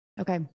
Okay